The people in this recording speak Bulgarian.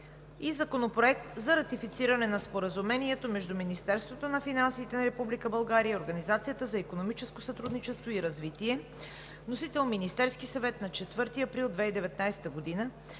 Законопроект за ратифициране на Споразумението между Министерството на финансите на Република България и Организацията за икономическо сътрудничество и развитие. Вносител е Министерският съвет на 4 април 2019 г.